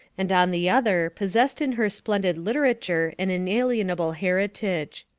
and on the other possessed in her splendid literature an inalienable heritage.